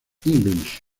english